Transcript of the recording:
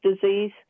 disease